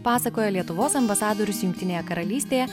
pasakoja lietuvos ambasadorius jungtinėje karalystėje